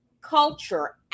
culture